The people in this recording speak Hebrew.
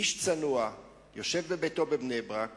איש צנוע, יושב בביתו בבני-ברק